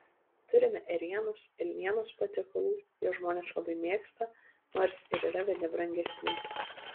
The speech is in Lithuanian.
turime ėrienos elnienos patiekalų juos žmonės labai mėgsta nors ir yra vieni brangesnių